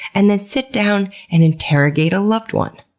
and then sit down and interrogate a loved one,